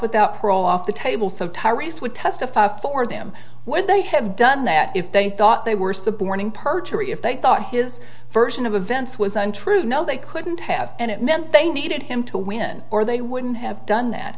without parole off the table so tyrese would testify for them when they have done that if they thought they were suborning perjury if they thought his version of events was untrue no they couldn't have and it meant they needed him to win or they wouldn't have done that